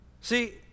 See